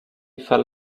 fell